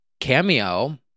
Cameo